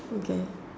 okay